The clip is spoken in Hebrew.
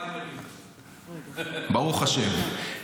--- ברוך השם.